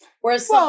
Whereas